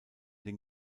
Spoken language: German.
den